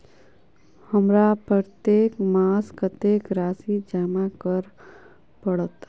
हमरा प्रत्येक मास कत्तेक राशि जमा करऽ पड़त?